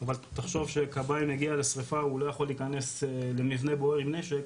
אבל תחשוב שכבאי מגיע לשריפה הוא לא יכול להיכנס למבנה בוער עם נשק